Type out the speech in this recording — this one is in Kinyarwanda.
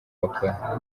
bakora